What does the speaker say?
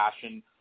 Passion